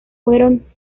fueron